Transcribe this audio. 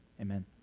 Amen